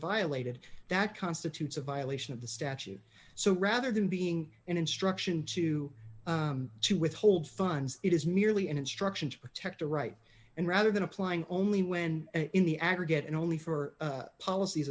violated that constitutes a violation of the statute so rather than being an instruction to to withhold funds it is merely an instruction to protect a right and rather than applying only when in the aggregate and only for policies